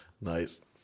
Nice